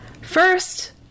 First